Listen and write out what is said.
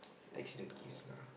accident case lah